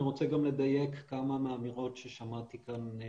אני רוצה גם לדייק כמה מהאמירות ששמעתי כאן קודם.